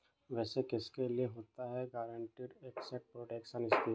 वैसे किसके लिए होता है गारंटीड एसेट प्रोटेक्शन स्कीम?